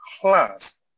class